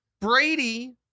Brady